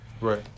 Right